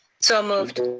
so moved.